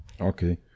Okay